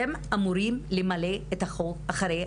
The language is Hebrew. אתם אמורים למלא את החוק הזה,